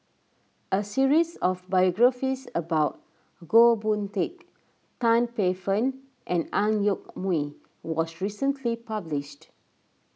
a series of biographies about Goh Boon Teck Tan Paey Fern and Ang Yoke Mooi was recently published